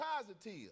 positive